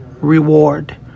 reward